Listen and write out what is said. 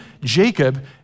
Jacob